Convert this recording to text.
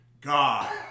God